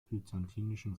byzantinischen